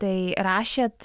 tai rašėt